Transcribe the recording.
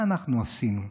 מה אנחנו עשינו?